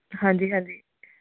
ਹਾਂਜੀ ਹਾਂਜੀ